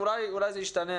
אולי זה ישתנה,